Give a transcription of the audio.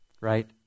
right